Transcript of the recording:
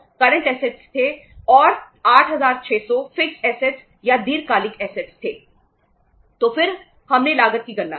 तो फिर हमने लागत की गणना की